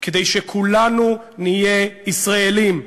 כדי שכולנו נהיה ישראלים.